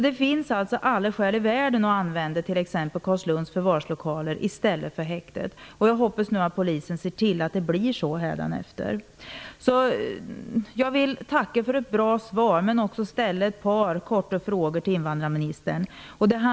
Det finns alla skäl i världen att använda t.ex. Carlslunds förvarslokaler i stället för häktet. Jag hoppas att polisen ser till att det blir så hädanefter. Jag vill tacka för ett bra svar men också ställa ett par korta frågor till invandrarministern.